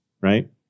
right